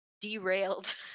derailed